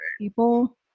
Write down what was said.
people